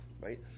right